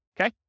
Okay